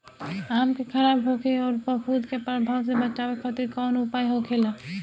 आम के खराब होखे अउर फफूद के प्रभाव से बचावे खातिर कउन उपाय होखेला?